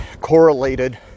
correlated